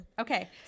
okay